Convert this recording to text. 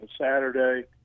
Saturday